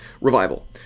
revival